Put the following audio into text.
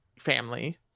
family